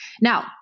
Now